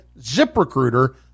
ZipRecruiter